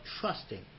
trusting